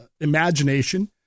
Imagination